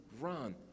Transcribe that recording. Run